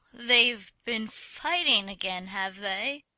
they've been fighting again, have they?